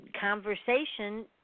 conversation